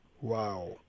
Wow